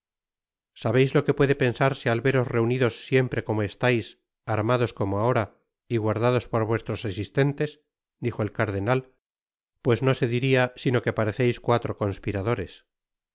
sabéis lo que puede pensarse al veros reunido siempre como es tai arf mados como ahora y guardados por vuestros asistentes dijo'el cardenal pues no se diria bino que pareceis fcuátro cosspiradoreáj